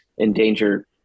endanger